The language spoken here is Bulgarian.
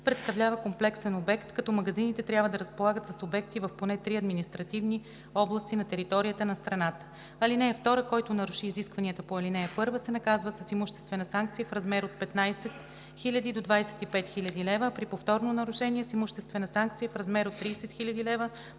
представлява комплексен обект, като магазините трябва да разполагат с обекти в поне три административни области на територията на страната. (2) Който наруши изисквания по ал. 1, се наказва с имуществена санкция в размер от 15 000 лв. до 25 000 лв., а при повторно нарушение – с имуществена санкция в размер от 30 000 лв.